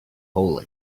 hole